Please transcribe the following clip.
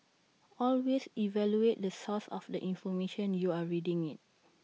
always evaluate the source of the information you're reading IT